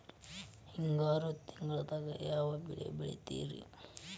ಹಿಂಗಾರು ತಿಂಗಳದಾಗ ಯಾವ ಬೆಳೆ ಬೆಳಿತಿರಿ?